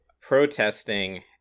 protesting